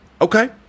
Okay